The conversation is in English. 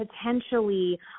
potentially